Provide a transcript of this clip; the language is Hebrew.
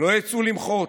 שלא יצאו למחות?